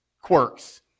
quirks